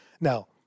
Now